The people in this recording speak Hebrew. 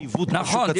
נכון.